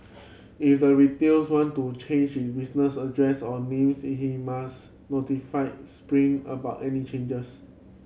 if the retails want to change it business address or names he must notify Spring about any changes